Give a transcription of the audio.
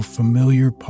familiar